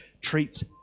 treats